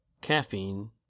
caffeine